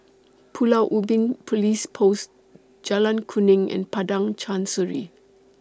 Pulau Ubin Police Post Jalan Kuning and Padang Chancery